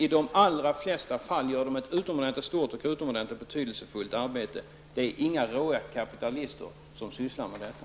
I de allra flesta fall utför de dock ett utomordentligt stort och betydelsefullt arbete. Det är inga råa kapitalister som sysslar med detta.